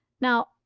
Now